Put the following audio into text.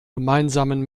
gemeinsamen